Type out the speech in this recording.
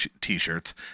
T-shirts